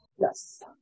Yes